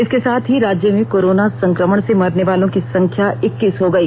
इसके साथ ही राज्य में कोरोना संक्रमण से मरने वालों की संख्या इक्कीस हो गई